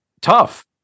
tough